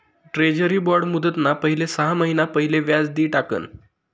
treasury bond मुदतना पहिले सहा महिना पहिले व्याज दि टाकण